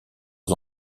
aux